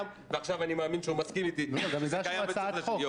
ועכשיו אני מאמין שהוא מסכים איתי -- בשביל זה יש הצעת חוק.